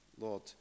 Lord